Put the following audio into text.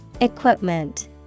Equipment